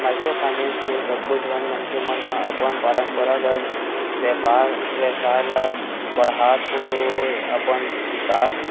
micro finance ले कतको झन मनखे मन ह अपन पंरपरागत बेपार बेवसाय ल बड़हात होय अपन बिकास